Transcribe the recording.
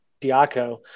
Diaco